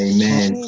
Amen